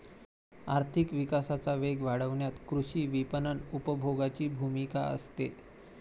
आर्थिक विकासाचा वेग वाढवण्यात कृषी विपणन उपभोगाची भूमिका असते